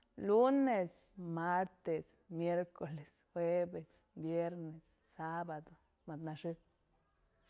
Lunes, martes, miercoles, jueves, viernes, sabado, mëd nëxë.